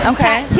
Okay